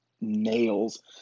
nails